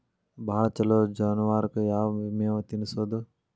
ಭಾಳ ಛಲೋ ಜಾನುವಾರಕ್ ಯಾವ್ ಮೇವ್ ತಿನ್ನಸೋದು?